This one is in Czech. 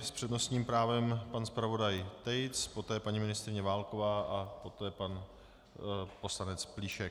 S přednostním právem pan zpravodaj Tejc, poté paní ministryně Válková a poté pan poslanec Plíšek.